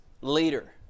later